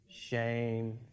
Shame